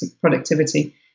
productivity